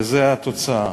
וזאת התוצאה.